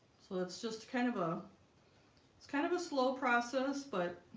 so it's just kind of a it's kind of a slow process but